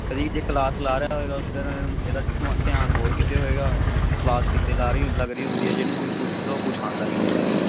ਕਦੀ ਵੀ ਜੇ ਕਲਾਸ ਲਾ ਰਿਹਾ ਹੋਏਗਾ ਉਸ ਟੈਮ ਇਹਦਾ ਧੁ ਧਿਆਨ ਹੋਰ ਕਿਤੇ ਹੋਏਗਾ ਕਲਾਸ ਕਿਤੇ ਲਾ ਰਹੀ ਲੱਗ ਰਹੀ ਹੁੰਦੀ ਆ ਜੇ ਇਹਨੂੰ ਕੋਈ ਪੁੱਛਲੋ ਕੁਛ ਆਉਂਦਾ ਨਹੀਂ ਹੁੰਦਾ ਇਹਨੂੰ